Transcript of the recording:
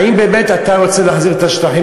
האם באמת אתה רוצה להחזיר את השטחים,